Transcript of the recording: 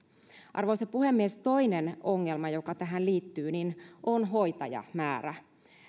arvoisa puhemies toinen ongelma joka tähän liittyy on hoitajamäärä